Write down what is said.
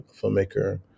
filmmaker